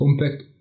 Compact